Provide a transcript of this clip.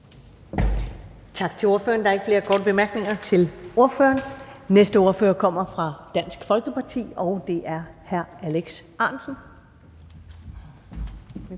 Tak til ordføreren. Der er ikke flere korte bemærkninger til ordføreren. Næste ordfører kommer fra Dansk Folkeparti, og det er hr. Alex Ahrendtsen.